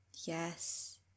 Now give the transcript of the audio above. yes